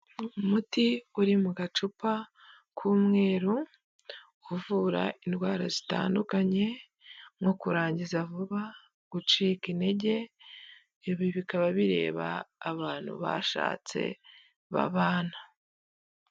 Umuti uri mu gacupa k'umweru uvura indwara zitandukanye, nko kurangiza vuba, gucika intege, ibi bikaba bireba abantu bashatse babana.